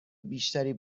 بیشتری